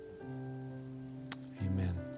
amen